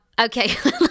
Okay